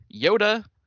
Yoda